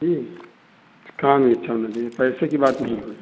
जी काम अच्छा होना चाहिए पैसे कि बात नहीं बोलो